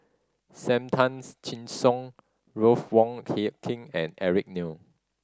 Sam Tan's Chin Siong Ruth Wong Hie King and Eric Neo